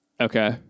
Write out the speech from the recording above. Okay